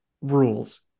Rules